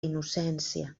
innocència